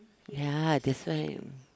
ya that's why